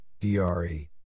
DRE